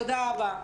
תודה רבה.